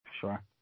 Sure